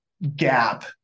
gap